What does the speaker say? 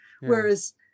whereas